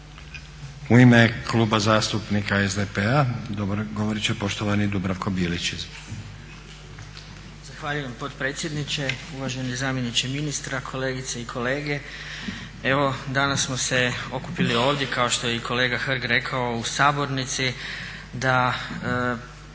U ime Kluba zastupnika SDP-a govorit će poštovani Dubravko Bilić. Izvolite. **Bilić, Dubravko (SDP)** Zahvaljujem potpredsjedniče, uvaženi zamjeniče ministra, kolegice i kolege evo danas smo se okupili ovdje kako što je i kolega Hrg rekao u sabornici da